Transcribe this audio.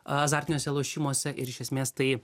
azartiniuose lošimuose ir iš esmės tai